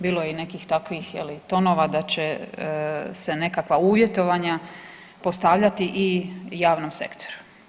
Bilo je i nekih takvih je li tonova da će se nekakva uvjetovanja postavljati i javnom sektoru.